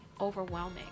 overwhelming